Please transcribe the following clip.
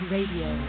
Radio